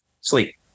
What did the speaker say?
sleep